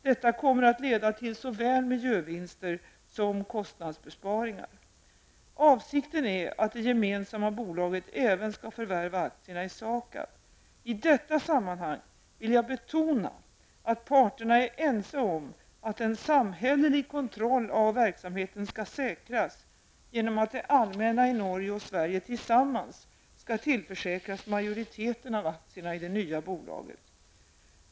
Detta kommer att leda till såväl miljövinster som kostnadsbesparingar Avsikten är att det gemensamma bolaget även skall förvärva aktierna i SAKAB. I detta sammanhang vill jag betona att parterna är ense om att en samhällelig kontroll av verksamheten skall säkras genom att det allmänna i Norge och Sverige tillsammans skall tillförsäkras majoriteten av aktierna i det nya bolaget.